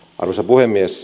arvoisa puhemies